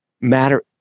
matter